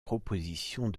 propositions